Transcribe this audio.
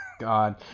God